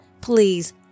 Please